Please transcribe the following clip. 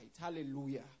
Hallelujah